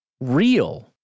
real